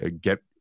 get